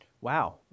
Wow